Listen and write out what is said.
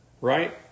right